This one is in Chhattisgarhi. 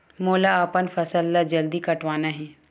मोला अपन फसल ला जल्दी कटवाना हे?